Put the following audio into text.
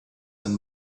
and